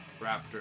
Raptor